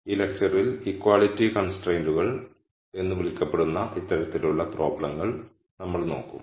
ഈ ലെക്ച്ചറിൽ ഇക്വാളിറ്റി കൺസ്ട്രൈൻഡ്കൾ എന്ന് വിളിക്കപ്പെടുന്ന ഇത്തരത്തിലുള്ള പ്രോബ്ളങ്ങൾ നമ്മൾ നോക്കും